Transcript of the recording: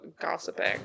gossiping